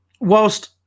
whilst